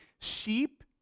sheep